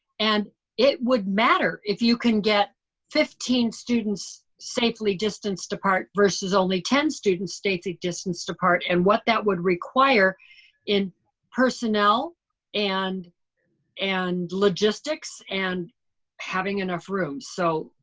and it would matter if you can get fifteen students safely distanced apart versus only ten students safely distanced apart, and what that would require in personnel and and logistics and having enough room. so,